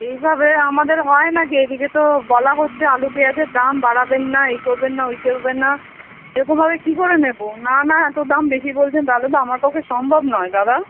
এইভাবে আমাদের হয় নাকি এই দিকে তো বলা হচ্ছে আলু পেঁয়াজের দাম বাড়াবেন না এই করবেন না ওই করবেন না এরকমভাবে কী করে নেবো না না এতো দাম বেশি বলছেন তালে তো আমার পক্ষে সম্ভব নয় দাদা